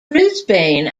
brisbane